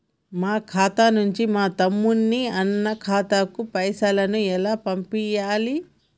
మా ఖాతా నుంచి మా తమ్ముని, అన్న ఖాతాకు పైసలను ఎలా పంపియ్యాలి?